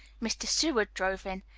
mr. seward drove in,